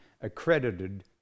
accredited